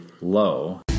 low